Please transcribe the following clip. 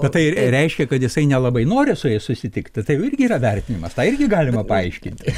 bet tai reiškia kad jisai nelabai nori su jais susitikti tai irgi yra vertinimas tą irgi galima paaiškinti